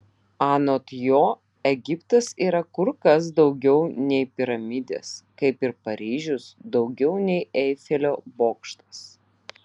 anot jo egiptas yra kur kas daugiau nei piramidės kaip ir paryžius daugiau nei eifelio bokštas